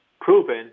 proven